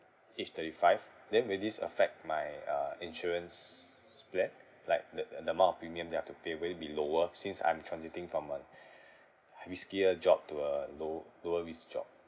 age thirty five then will this affect my uh insurance plan like the the amount of premium that I've to pay will it be lower since I'm transiting from a riskier job to a low~ lower risk job